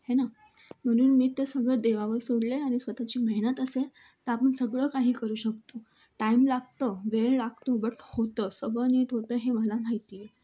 है ना म्हणून मी ते सगळं देवावर सोडलं आहे आणि स्वत ची मेहनत असेल तर आपण सगळं काही करू शकतो टाईम लागतो वेळ लागतो बट होतं सगळं नीट होतं आहे मला माहिती आहे